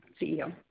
CEO